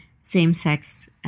same-sex